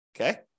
Okay